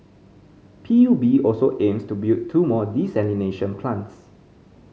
P U B also aims to build two more desalination plants